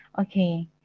Okay